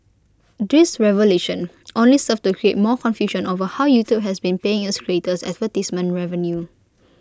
this revelation only served to create more confusion over how YouTube has been paying its creators advertisement revenue